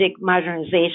modernization